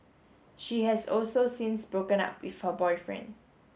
she has also since broken up with her boyfriend